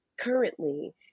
currently